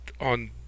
on